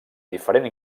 diferent